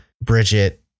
Bridget